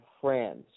friends